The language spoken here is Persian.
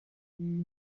مرسی